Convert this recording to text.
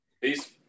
Peace